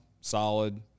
solid